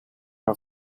her